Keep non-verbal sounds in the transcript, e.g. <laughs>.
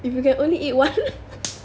if you can only eat [one] <laughs>